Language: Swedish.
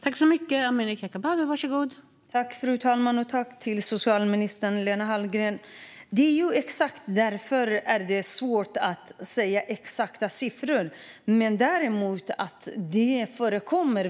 Fru talman! Det är exakt därför som det är svårt att säga exakta siffror. Däremot vet vi att detta förekommer.